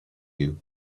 you